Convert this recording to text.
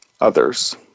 others